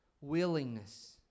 willingness